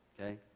Okay